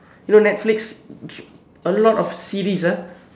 you know netflix a lot of series ah